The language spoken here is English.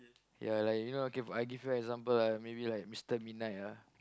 ya like you know I give you example ah maybe like Mr Midnight ah